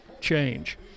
change